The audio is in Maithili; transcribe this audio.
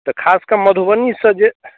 तऽ खास कऽ मधुबनीसँ जे